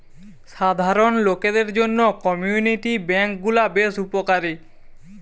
সাধারণ লোকদের জন্য কমিউনিটি বেঙ্ক গুলা বেশ উপকারী